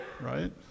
Right